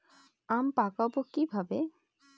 আম পাকাবো কিভাবে?